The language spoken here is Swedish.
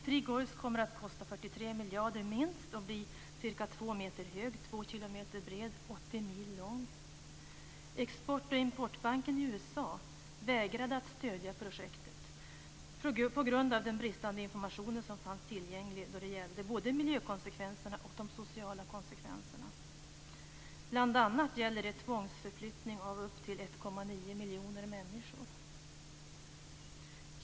Three Gorges kommer att kosta minst 43 miljarder och bli ca 200 meter hög, 2 kilometer bred och 80 Export och importbanken i USA vägrade att stödja projektet på grund av den bristande informationen som fanns tillgänglig då det gällde både miljökonsekvenserna och de sociala konsekvenserna. Bl.a. gäller det tvångsförflyttning av upp till 1,9 miljoner människor.